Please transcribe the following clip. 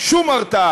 לטובת